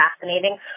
fascinating